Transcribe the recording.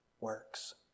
works